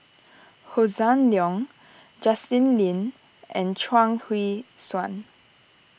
Hossan Leong Justin Lean and Chuang Hui Tsuan